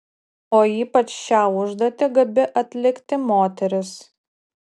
o ypač šią užduotį gabi atlikti moteris